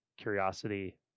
curiosity